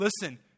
listen